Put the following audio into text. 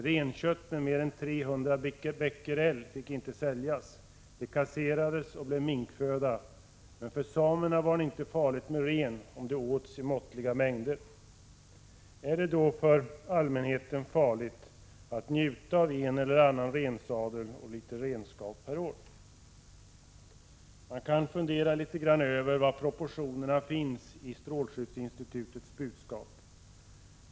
Renkött med mer än 300 Bq fick inte säljas. Det kasserades och blev minkföda, men för samerna var det inte farligt med renkött, om det åts i måttliga mängder. Är det då för allmänheten farligt att njuta av en eller annan rensadel och litet renskav per år? Man kan fundera litet grand över var proportionerna finns i SSI:s budskap?